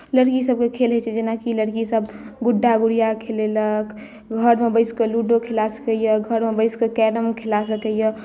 लड़कीसभके खेल होइत छै जेनाकि लड़कीसभ गुड्डा गुड़िया खेलेलक घरमे बैसि कऽ लूडो खेला सकैए घरमे बैसि कऽ कैरम खेला सकैए